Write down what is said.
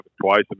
twice